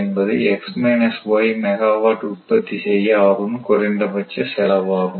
என்பது x minus y megawatt உற்பத்தி செய்ய ஆகும் குறைந்தபட்ச செலவாகும்